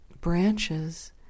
branches